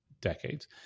decades